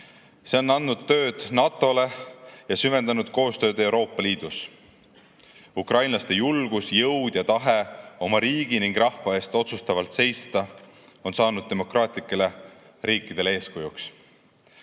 See on andnud tööd NATO-le ja süvendanud koostööd Euroopa Liidus. Ukrainlaste julgus, jõud ja tahe oma riigi ning rahva eest otsustavalt seista on saanud demokraatlikele riikidele eeskujuks.